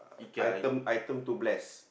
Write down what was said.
item item to bless